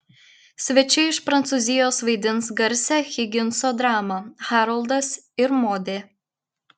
svečiai iš prancūzijos vaidins garsią higinso dramą haroldas ir modė